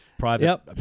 Private